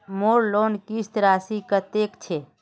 मोर लोन किस्त राशि कतेक छे?